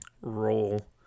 roll